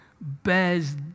bears